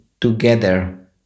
together